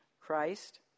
christ